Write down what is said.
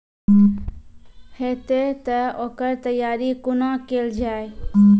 हेतै तअ ओकर तैयारी कुना केल जाय?